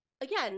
Again